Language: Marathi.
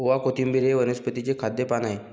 ओवा, कोथिंबिर हे वनस्पतीचे खाद्य पान आहे